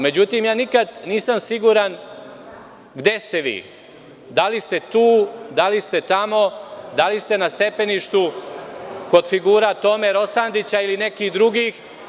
Međutim, nikada nisam siguran gde ste vi, da li ste tu, da li ste tamo, da li ste na stepeništu kod figura Tome Rosandića ili nekih drugih.